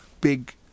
big